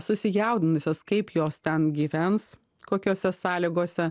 susijaudinusios kaip jos ten gyvens kokiose sąlygose